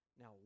Now